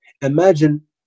Imagine